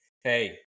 Hey